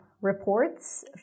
reports